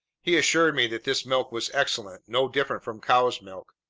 he assured me that this milk was excellent, no different from cow's milk.